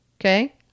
okay